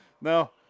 No